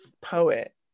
poet